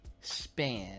span